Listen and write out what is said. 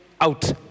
out